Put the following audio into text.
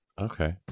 Okay